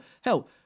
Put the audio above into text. Hell